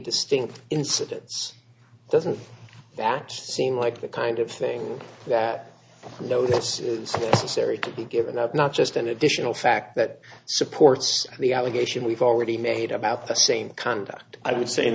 distinct incidents doesn't that seem like the kind of thing that you know this is necessary could be given up not just an additional fact that supports the allegation we've already made about the same conduct i would say in